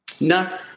No